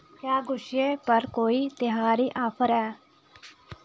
क्या गुच्छें पर कोई त्यहारी आफर ऐ